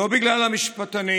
לא בגלל המשפטנים,